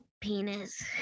penis